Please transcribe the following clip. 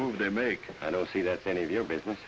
move they make i don't see that any of your business